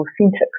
authentic